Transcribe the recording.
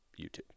YouTube